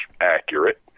accurate